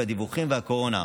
הדיווחים והקורונה,